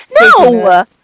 No